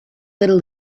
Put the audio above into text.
little